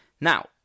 now